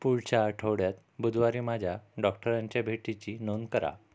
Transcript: पुढच्या आठवड्यात बुधवारी माझ्या डॉक्टरांच्या भेटीची नोंद करा